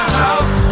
house